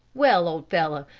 well, old fellow,